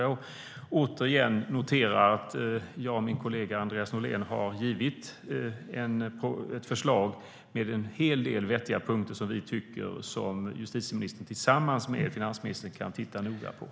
Jag noterar återigen att jag och min kollega Andreas Norlén har givit ett förslag med en hel del vettiga punkter som vi tycker att justitieministern kan titta noga på tillsammans med finansministern.